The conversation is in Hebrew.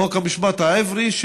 חוק המשפט העברי,